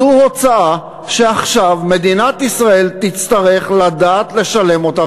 זו הוצאה שעכשיו מדינת ישראל תצטרך לדעת לשלם אותה,